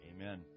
amen